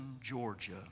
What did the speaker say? Georgia